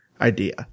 idea